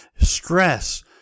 stress